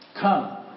Come